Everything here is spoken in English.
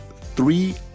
three